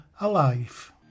Alive